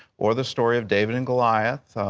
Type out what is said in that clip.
or the story of david and goliath,